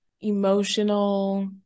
emotional